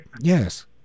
yes